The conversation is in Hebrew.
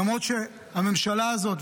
למרות שהממשלה הזאת,